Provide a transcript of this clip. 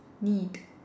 need